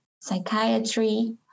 psychiatry